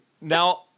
Now –